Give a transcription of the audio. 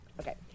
Okay